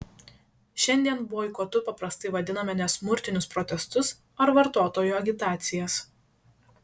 šiandien boikotu paprastai vadiname nesmurtinius protestus ar vartotojų agitacijas